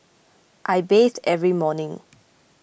I bathe every morning